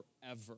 forever